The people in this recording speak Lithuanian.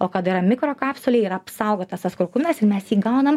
o kada yra mikrokapsulė yra apsaugotas tas kurkuminas ir mes jį gaunam